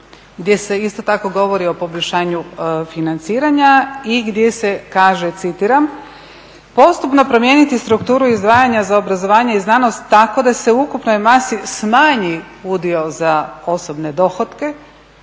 gdje se isto tako govori o poboljšanju financiranja i gdje se kaže, citiram: "Postupno promijeniti strukturu izdvajanja za obrazovanje i znanost tako da se ukupnoj masi smanji udio za osobne dohotke,